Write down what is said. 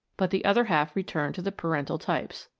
but the other half return to the parental types.